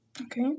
Okay